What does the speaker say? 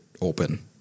open